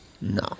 No